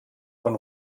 von